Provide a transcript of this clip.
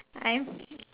I'm